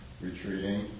retreating